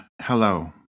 hello